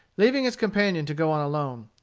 leaving his companion to go on alone.